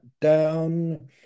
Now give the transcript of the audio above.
down